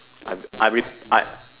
I I re~ I